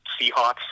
Seahawks